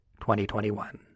2021